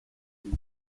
kibi